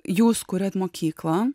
jūs kuriat mokyklą